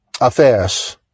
affairs